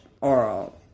oral